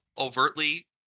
overtly